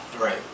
right